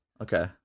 Okay